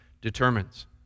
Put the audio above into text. determines